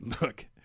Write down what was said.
Look